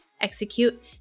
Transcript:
execute